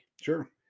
Sure